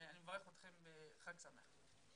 אני מברך אתכם בחג שמח.